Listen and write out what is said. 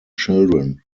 children